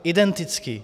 Identický.